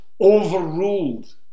overruled